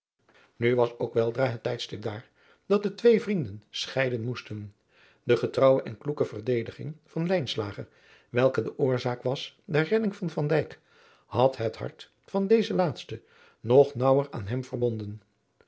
nu was ook weldra het tijdstip daar dat de twee vrienden scheiden moesten de getrouwe en kloeke verdediging van lijnslager welke de oorzaak was der redding van van dijk had het hart van dezen laarsten nog naauwer aan hem verbonden